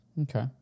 Okay